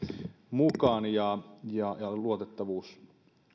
mukaan ja ja luotettavuus